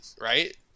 right